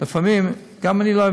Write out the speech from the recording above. לפעמים גם אני,